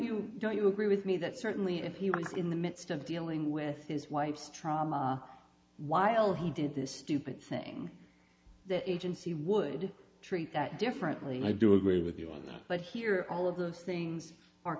you don't you agree with me that certainly if he was in the midst of dealing with his wife's trauma while he did this stupid thing the agency would treat that differently and i do agree with you on that but here all of those things are